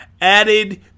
added